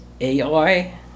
AI